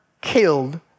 killed